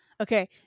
Okay